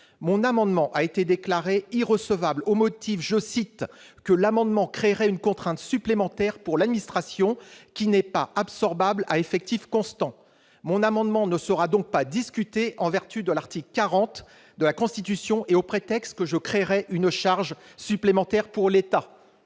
Mon amendement a été déclaré irrecevable au motif que son adoption « créerait une contrainte supplémentaire pour l'administration qui n'est pas absorbable à effectif constant ». Il ne sera donc pas discuté en vertu de l'article 40 de la Constitution, et au prétexte que son adoption créerait une charge supplémentaire pour l'État.